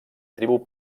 tribu